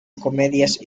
comedias